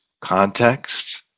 context